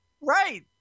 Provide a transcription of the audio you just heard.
Right